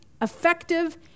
effective